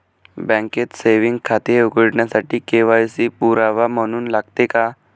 बँकेत सेविंग खाते उघडण्यासाठी के.वाय.सी पुरावा म्हणून लागते का?